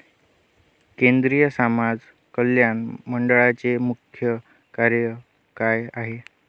केंद्रिय समाज कल्याण मंडळाचे मुख्य कार्य काय आहे?